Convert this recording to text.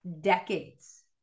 decades